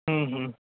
ও ও